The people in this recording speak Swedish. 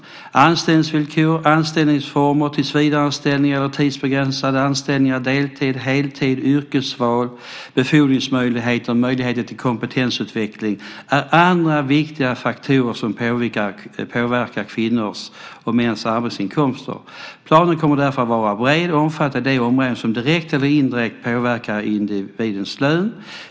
Anställningsvillkor, anställningsformer - tillsvidareanställningar eller tidsbegränsade anställningar liksom deltid och heltid - yrkesval, befordringsmöjligheter och möjligheter till kompetensutveckling är andra viktiga faktorer som påverkar kvinnors och mäns arbetsinkomster. Planen kommer därför att vara bred och omfatta de områden som direkt eller indirekt påverkar individens lön.